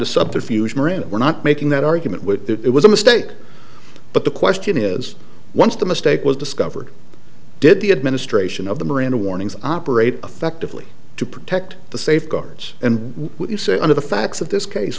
to subterfuge miranda we're not making that argument which it was a mistake but the question is once the mistake was discovered did the administration of the miranda warnings operate effectively to protect the safeguards and would you say under the facts of this case